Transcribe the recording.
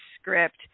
script